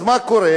אז מה קורה?